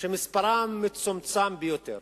שמספרם מצומצם ביותר.